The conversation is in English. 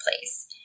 place